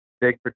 big